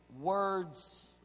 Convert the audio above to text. words